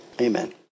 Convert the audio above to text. Amen